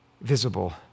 visible